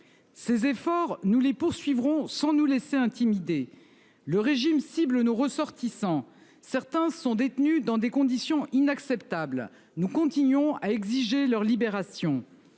Ces efforts nous les poursuivrons sans nous laisser intimider. Le régime cible nos ressortissants. Certains sont détenus dans des conditions inacceptables. Nous continuons à exiger leur libération,